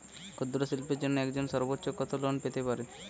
ক্ষুদ্রশিল্পের জন্য একজন সর্বোচ্চ কত লোন পেতে পারে?